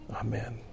amen